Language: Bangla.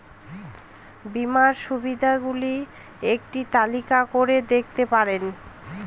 বীমার সুবিধে গুলি একটি তালিকা করে দেখাতে পারবেন?